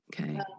Okay